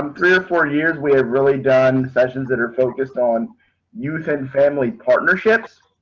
um three or four years we've really done sessions that are focused on youth and family. partnerships.